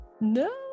No